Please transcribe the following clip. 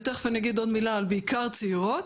ותיכף אני אגיד עוד מילה על בעיקר צעירות,